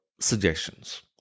suggestions